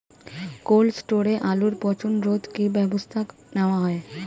Cold স্টোরে আলুর পচন রোধে কি ব্যবস্থা নেওয়া হয়?